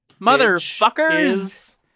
Motherfuckers